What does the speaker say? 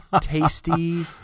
tasty